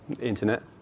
internet